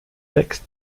text